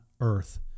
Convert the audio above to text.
earth